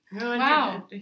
Wow